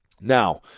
Now